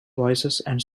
voicesand